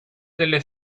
delle